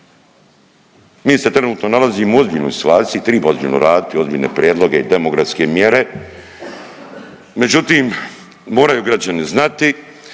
Mi se trenutno nalazimo u ozbiljnoj situaciji, triba ozbiljno raditi ozbiljne prijedloge i demografske mjere, međutim moraju građani znati